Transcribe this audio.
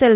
L